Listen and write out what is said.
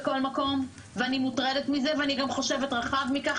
בכל מקום ואני מוטרדת מזה ואני גם חושבת רחב מכך,